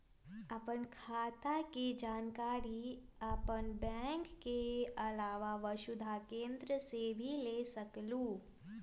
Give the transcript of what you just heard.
आपन खाता के जानकारी आपन बैंक के आलावा वसुधा केन्द्र से भी ले सकेलु?